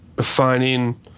finding